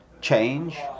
change